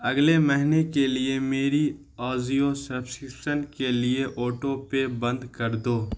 اگلے مہینے کے لیے میری آزیو سبسکرپشن کے لیے اوٹو پے بند کردو